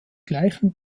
gleichen